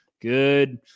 Good